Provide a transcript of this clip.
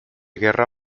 guerra